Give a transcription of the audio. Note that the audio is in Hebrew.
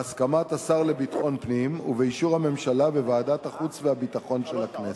בהסכמת השר לביטחון פנים ובאישור הממשלה וועדת החוץ והביטחון של הכנסת.